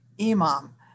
imam